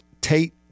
Tate